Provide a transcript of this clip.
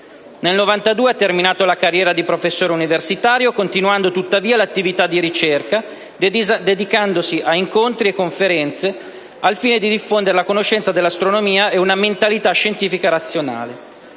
Nel 1992 ha terminato la carriera di professore universitario, continuando, tuttavia, l'attività di ricerca, dedicandosi a incontri e conferenze al fine di diffondere la conoscenza dell'astronomia e una mentalità scientifica e razionale.